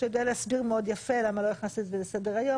שאתה יודע מאוד יפה למה לא הכנסתם את זה לסדר היום